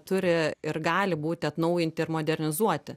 turi ir gali būti atnaujinti ir modernizuoti